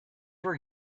were